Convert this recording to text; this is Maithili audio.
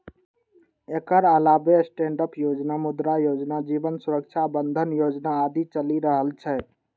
एकर अलावे स्टैंडअप योजना, मुद्रा योजना, जीवन सुरक्षा बंधन योजना आदि चलि रहल छै